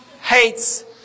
hates